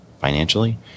financially